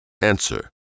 Answer